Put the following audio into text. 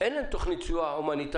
אין להם תוכנית סיוע סוציאלית.